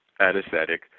anesthetic